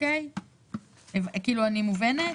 אני מובנת?